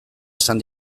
esan